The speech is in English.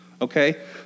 okay